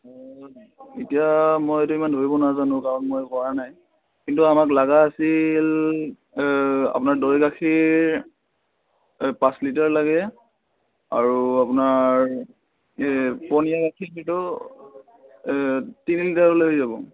এতিয়া মই এইটো ইমান ধৰিব নাজানো কাৰণ মই কৰা নাই কিন্তু আমাক লাগা আছিল আপোনাৰ দৈ গাখীৰ পাঁচ লিটাৰ লাগে আৰু আপোনাৰ এই পনীয়া গাখীৰিতো তিনি লিটাৰ হ'লে হৈ যাব